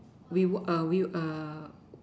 we we